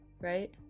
right